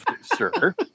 sir